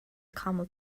camel